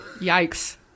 Yikes